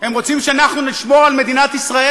הם רוצים שאנחנו נשמור על מדינת ישראל